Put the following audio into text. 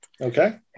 Okay